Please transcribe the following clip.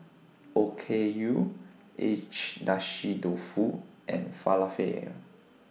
Okayu Agedashi Dofu and Falafel